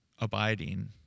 abiding